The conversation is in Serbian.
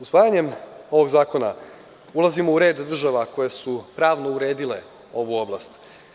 Usvajanjem ovog zakona ulazimo u red država koje su pravno uredile ovu oblast.